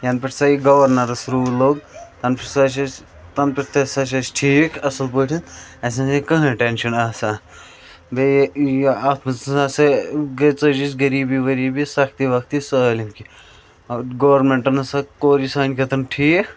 یَنہٕ پٮ۪ٹھ سا یہِ گَوَرنٲرٕس روٗل لوٚگ تَنہٕ چھُ سٲرسٕے تَنہٕ پٮ۪ٹھ تہِ ہسا چھِ اسۍ ٹھیٖک اصٕل پٲٹھۍ اَسہِ نَسا چھنہٕ کٕہٕنۍ ٹٮ۪نشَن آسان بیٚیہِ یہِ اتھ مَنٛز ہَسا سُہ ژٔج اَسہِ غٔریٖبی ؤریٖبی سختی وَختی سٲلِم کینٛہہ گورمیٚنٹَن ہَسا کوٚر یہِ سانہِ خٲطرٕ ٹھیٖک